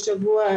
בשבוע,